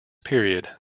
period